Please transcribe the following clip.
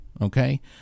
okay